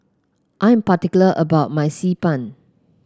I'm particular about my Xi Ban